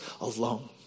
alone